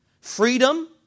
Freedom